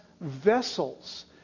vessels